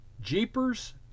jeepers